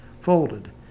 folded